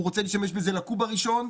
הוא רוצה להשתמש בזה לקוב הראשון,